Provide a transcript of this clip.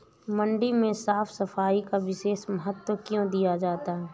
मंडी में साफ सफाई का विशेष महत्व क्यो दिया जाता है?